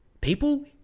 people